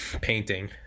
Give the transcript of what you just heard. painting